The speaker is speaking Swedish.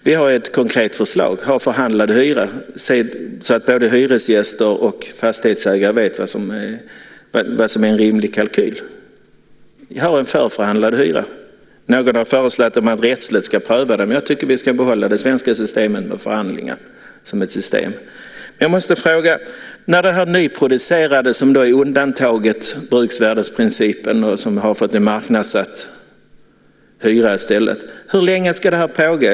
Vi har ett konkret förslag om förhandlad hyra så att både hyresgäster och fastighetsägare vet vad som är en rimlig kalkyl. Ni föreslår en förförhandlad hyra. Någon har föreslagit att man rättsligt ska pröva det, men jag tycker att vi ska behålla det svenska systemet med förhandlingar. Nyproduktionen är undantagen från bruksvärdesprincipen och har i stället fått en marknadssatt hyra. Hur länge ska det här pågå?